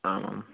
आम् आम्